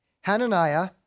Hananiah